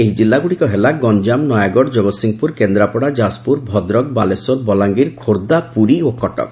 ଏହି ଜିଲ୍ଲାଗୁଡ଼ିକ ହେଲା ଗଞାମ ନୟାଗଡ କଗତ୍ସିଂହପୁର କେନ୍ଦ୍ରାପଡା ଯାଜପୁର ଭଦ୍ରକ ବାଲେଶ୍ୱର ବଲାଙ୍ଗୀର ଖୋର୍ବ୍ଧା ପୁରୀ ଓ କଟକ